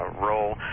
role